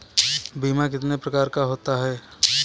बीमा कितने प्रकार का होता है?